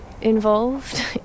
involved